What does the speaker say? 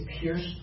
pierced